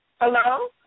Hello